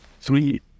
three